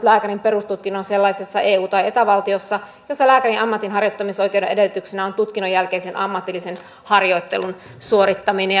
lääkärin perustutkinnon sellaisessa eu tai eta valtiossa missä lääkärin ammatinharjoittamisoikeuden edellytyksenä on tutkinnon jälkeisen ammatillisen harjoittelun suorittaminen